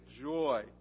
joy